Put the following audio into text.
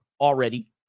already